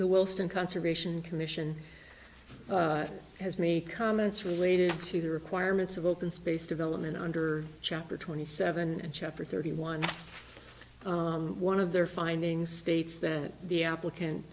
the wilston conservation commission has me comments related to the requirements of open space development under chapter twenty seven and chapter thirty one one of their findings states that the applicant